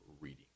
reading